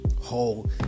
whole